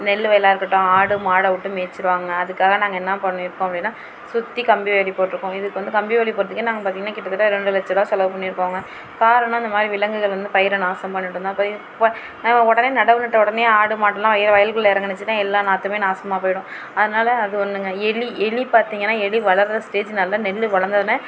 நெல்லு வயலாக இருக்கட்டும் ஆடு மாடவிட்டு மேய்ச்சிருவாங்க அதுக்காக நாங்கள் என்ன பண்ணியிருக்கோம் அப்படினா சுற்றி கம்பி வேலி போட்டிருக்கோம் இதுக்கு வந்து கம்பி வேலி போடுறதுக்கே நாங்கள் பார்த்திங்கனா கிட்டத்தட்ட ரெண்டு லட்ச ரூபா செலவு பண்ணியிருக்கோங்க காரணம் இந்த மாதிரி விலங்குகள் வந்து பயிரை நாசம் பண்ணிடுனுதான் உடனே நடவு நட்ட உடனே ஆடு மாடுலான் வயலுக்குள்ள இறங்குனிச்சினா எல்லா நாற்றுமே நாசமாக போயிடும் அதனால அது ஒன்றுங்க எலி எலி பார்த்திங்கனா எலி வளருற ஸ்டேஜ் நல்ல நெல்லு வளந்தோடன